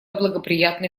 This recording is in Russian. благоприятный